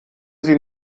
sie